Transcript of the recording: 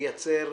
יייצר